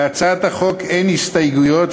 להצעת החוק אין הסתייגויות,